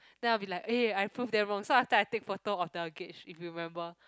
then I will be like eh I prove them wrong so after that I take photo of the gate if you remember